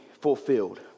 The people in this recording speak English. fulfilled